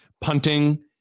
Punting